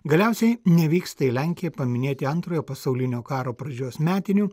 galiausiai nevyksta į lenkiją paminėti antrojo pasaulinio karo pradžios metinių